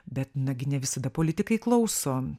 bet nagi ne visada politikai klauso